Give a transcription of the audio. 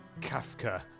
Kafka